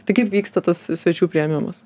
tai kaip vyksta tas svečių priėmimas